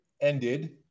ended